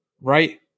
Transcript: Right